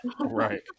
Right